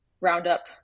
roundup